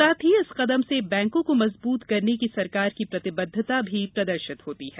साथ ही इस कदम से बैंको को मजबूत करने की सरकार की प्रतिबद्धता भी प्रदर्शित होती है